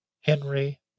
Henry